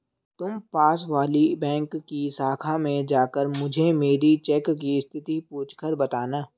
तुम पास वाली बैंक की शाखा में जाकर मुझे मेरी चेक की स्थिति पूछकर बताना